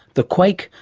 the quake,